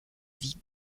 vie